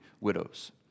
widows